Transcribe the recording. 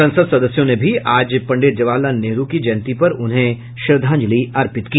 संसद सदस्यों ने भी आज पंडित जवाहर लाल नेहरू की जयंती पर उन्हें श्रद्वांजलि अर्पित की